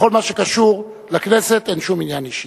בכל מה שקשור לכנסת אין שום עניין אישי.